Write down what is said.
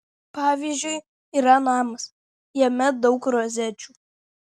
pavyzdžiui yra namas jame daug rozečių